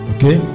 Okay